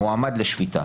מועמד לשפיטה,